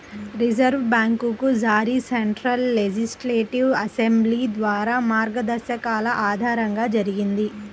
reserve bank జారీ central legislative assembly ద్వారా మార్గదర్శకాల ఆధారంగా జరిగింది